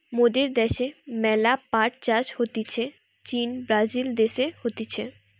মোদের দ্যাশে ম্যালা পাট চাষ হতিছে চীন, ব্রাজিল দেশে হতিছে